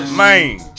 Man